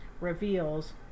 reveals